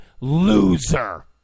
loser